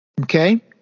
Okay